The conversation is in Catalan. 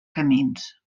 camins